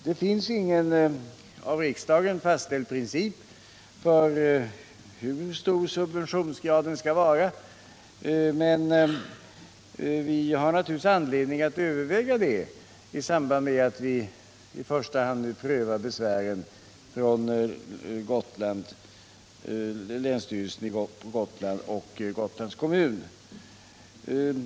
Det finns ingen av riksdagen fastställd princip för hur stor subventionsgraden skall vara, men vi har naturligtvis anledning att överväga det i samband med att vi i första hand prövar besvären från länsstyrelsen på Gotland och Gotlands kommun.